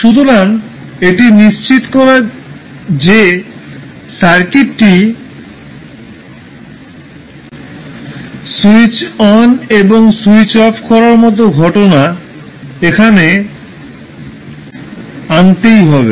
সুতরাং এটি নিশ্চিত করে যে সার্কিটটির স্যুইচ অন এবং স্যুইচ অফ করার মতো ঘটনা এখানে আনতেই হবে